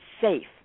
safe